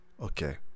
okay